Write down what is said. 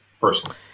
personally